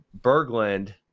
Berglund